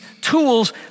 tools